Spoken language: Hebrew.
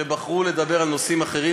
שבחרו לדבר על נושאים אחרים.